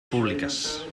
públiques